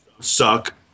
Suck